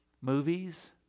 movies